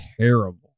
terrible